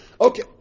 Okay